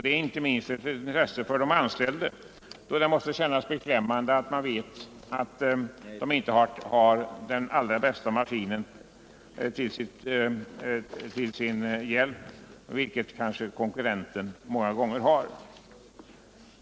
Det är inte minst ett intresse för de anställda, då det måste kännas beklämmande att veta att de inte har den allra bästa maskinen till sin hjälp, vilket kanske konkurrenten många gånger har.